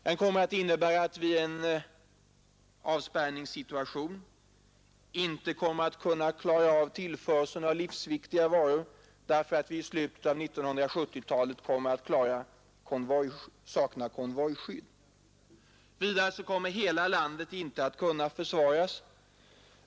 Den kommer att innebära att vi i en avspärrningssituation inte kommer att kunna klara av tillförseln av livsviktiga varor därför att vi mot slutet av 1970-talet kommer att sakna konvojskydd. Vidare kommer hela landet inte att kunna försvaras.